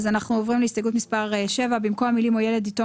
אז אנחנו עוברים להסתייגות מס' 7. במקום המילים "או ילד יתום